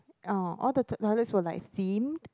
orh all the t~ toilets were like themed